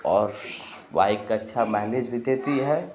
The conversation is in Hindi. और बाइक़ अच्छी माइलेज़ भी देती है